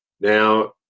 Now